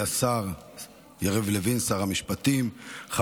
ישיב עליה לאחר מכן שר המשפטים, שנמצא איתנו כאן.